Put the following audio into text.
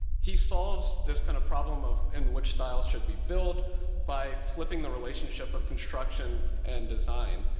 he solves this kind of problem of in which style should be build by flipping the relationship of construction and design.